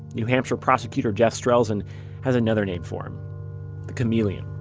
new hampshire prosecutor jeff strelzin has another name for him the chameleon